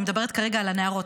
אני מדברת כרגע על נערות,